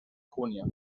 junio